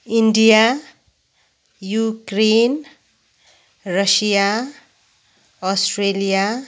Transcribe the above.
India Ukraine Russia Australia